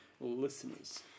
listeners